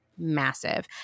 massive